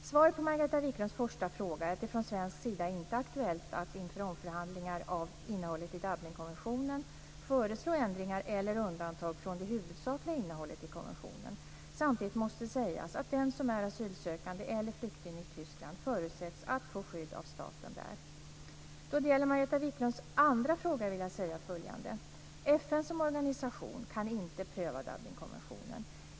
Svaret på Margareta Viklunds första fråga är att det från svensk sida inte är aktuellt att inför omförhandlingar av innehållet i Dublinkonventionen föreslå ändringar eller undantag från det huvudsakliga innehållet i konventionen. Samtidigt måste sägas att den som är asylsökande eller flykting i Tyskland förutsätts få skydd av staten där. Då det gäller Margareta Viklunds andra fråga vill jag säga följande. FN som organisation kan inte pröva Dublinkonventionen.